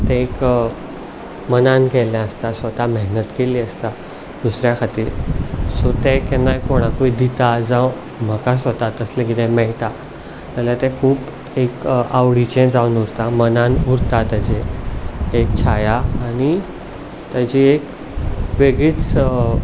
तें एक मनान केल्लें आसता स्वता मेहनत केल्ली आसता दुसऱ्या खातीर सो तें केन्नाय कोणाकूय दिता जावं म्हाका स्वता तसलें कितें मेळटा जाल्यार तें खूब एक आवडिचें जावून उरता मनांत उरता ताची एक छाया आनी ताची एक वेगळीच